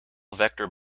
vector